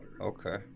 Okay